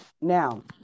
Now